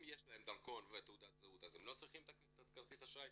אם יש להם דרכון ותעודת זהות אז הם לא צריכים את כרטיס האשראי,